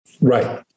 Right